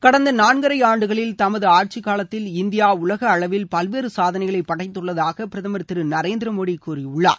கடந்த நாள்கரை ஆண்டுகளில் தமது ஆட்சி காலத்தில் இந்தியா உலக அளவில் பல்வேறு சாதனைகளை படைத்துள்ளதாக பிரதமர் திரு நரேந்திர மோடி கூறியுள்ளார்